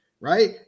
Right